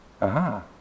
Aha